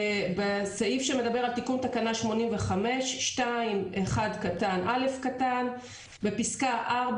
בסעיף שמדבר על תיקון תקנה 85. 2(1)(א): "בפסקה (4),